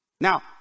Now